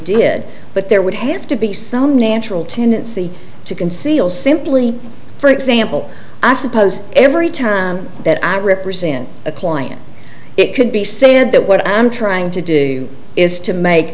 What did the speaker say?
did but there would have to be some natural tendency to conceal simply for example i suppose every time that i represent a client it could be said that what i'm trying to do is to make